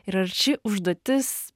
ir ar ši užduotis